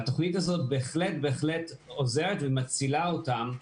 התוכנית הזאת בהחלט עוזרת ומצילה אותם.